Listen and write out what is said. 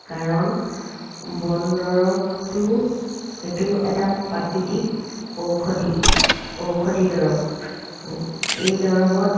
কাৰণ বন দৰৱটো এইটো এটা প্ৰাকৃতিক ঔষধি ঔষধি দৰৱ এই দৰৱত